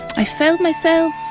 i felt myself,